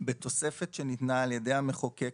בתוספת שניתנה על ידי המחוקק